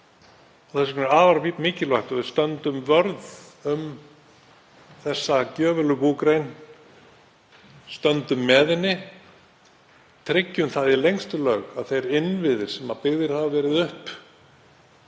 er afar mikilvægt að við stöndum vörð um þessa gjöfulu búgrein, stöndum með henni, tryggjum það í lengstu lög að um þá innviði sem byggðir hafa verið upp